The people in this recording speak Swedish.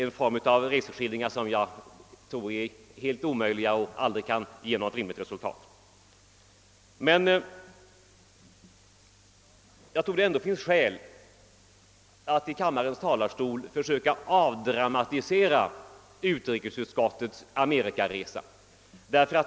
Sådana reseskildringar tror jag inte fyller något rimligt syfte. Men jag tror ändå att det finns skäl att i kammarens talarstol försöka avdramatisera utrikesutskottets Amerikaresa.